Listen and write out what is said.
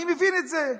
אני מבין את זה.